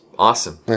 Awesome